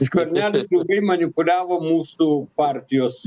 skvernelis ilgai manipuliavo mūsų partijos